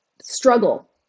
struggle